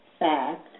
Fact